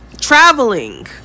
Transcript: traveling